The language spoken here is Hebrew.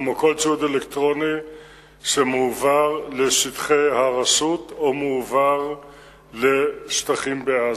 כמו כל ציוד אלקטרוני שמועבר לשטחי הרשות או מועבר לשטחים בעזה.